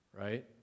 Right